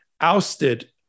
ousted